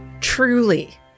Truly